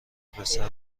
پسر